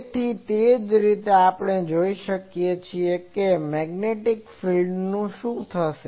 તેથી તે જ રીતે આપણે જોઈ શકીએ છીએ કે મેગ્નેટિક ફિલ્ડનું શું થશે